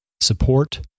support